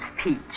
speech